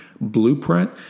Blueprint